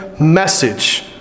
message